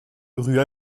rue